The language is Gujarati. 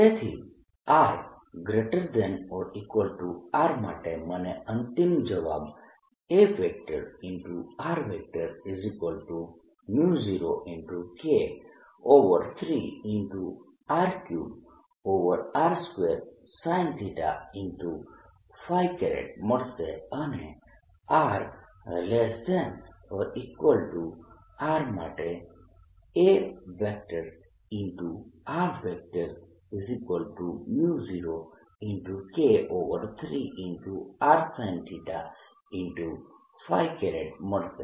તેથી r≥R માટે મને અંતિમ જવાબ A0K3R3r2sinθ મળશે અને r≤R માટે A0K3r sinθ મળશે